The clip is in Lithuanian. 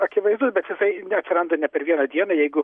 akivaizdus bet jisai neatsiranda ne per vieną dieną jeigu